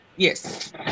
Yes